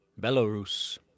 Belarus